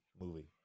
movie